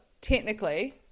technically